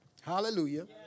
Hallelujah